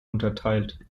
unterteilt